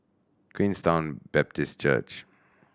Queenstown Baptist Church